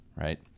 Right